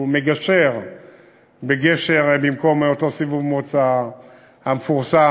הוא מגשר בגשר במקום אותו סיבוב מוצא המפורסם,